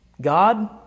God